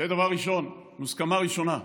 זה דבר ראשון, מוסכמה ראשונה.